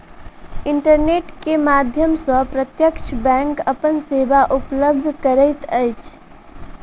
internet के माध्यम सॅ प्रत्यक्ष बैंक अपन सेवा उपलब्ध करैत अछि